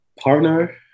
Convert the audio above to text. Partner